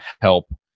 help